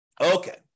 Okay